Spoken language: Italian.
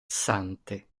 sante